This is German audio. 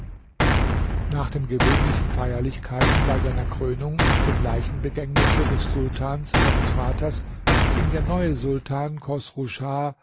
nach den gewöhnlichen feierlichkeiten bei seiner krönung und dem leichenbegängnisse des sultans seines vaters ging der neue sultan